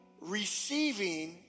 receiving